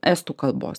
estų kalbos